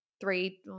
three